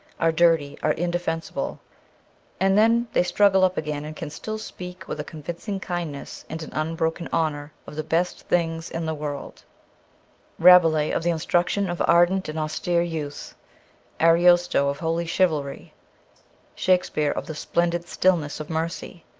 are dirty, are indefensible and then they struggle up again and can still speak with a convincing kindness and an unbroken honour of the best things in the world rabelais, of the instruction of ardent and austere youth ariosto, of holy chivalry shakespeare, of the splendid stillness of mercy.